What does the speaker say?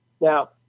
Now